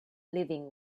living